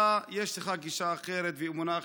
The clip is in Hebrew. אתה, יש לך גישה אחרת ואמונה אחרת.